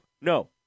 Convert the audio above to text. No